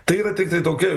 tai yra tiktai tokia